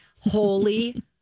Holy